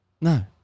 No